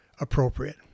appropriate